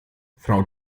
frau